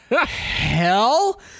hell